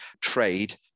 trade